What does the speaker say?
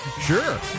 Sure